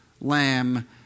lamb